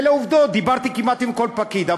אלה העובדות, דיברתי כמעט עם כל פקיד.